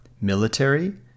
military